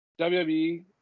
WWE